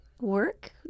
work